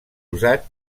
usat